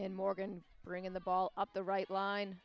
and morgan bring in the ball up the right line